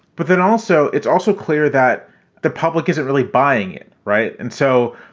but then also it's also clear that the public isn't really buying it. right. and so,